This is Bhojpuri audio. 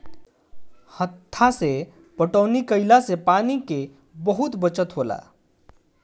हत्था से पटौनी कईला से पानी के बहुत बचत होखेला